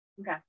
Okay